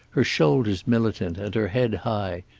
her shoulders militant and her head high,